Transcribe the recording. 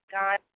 god